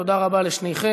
תודה רבה לשניכם.